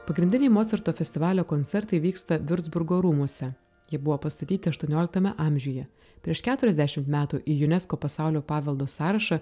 pagrindiniai mocarto festivalio koncertai vyksta viurcburgo rūmuose jie buvo pastatyti aštuonioliktame amžiuje prieš keturiasdešim metų į unesco pasaulio paveldo sąrašą